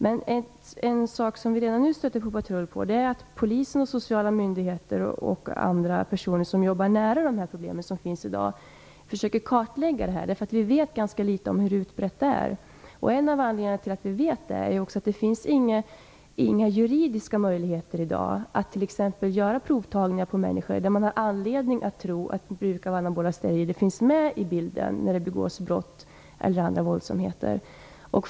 En sak som är viktig är att polisen, de sociala myndigheterna och andra som jobbar nära de problem som finns i dag försöker kartlägga dem. Där har man redan nu stött på patrull. Vi vet ganska litet om hur utbrett problemet är. En av anledningarna är att det i dag inte finns några juridiska möjligheter till provtagning när man har anledning att tro att bruk av anabola steroider finns med i bilden då brott begås eller andra våldsamheter sker.